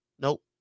Nope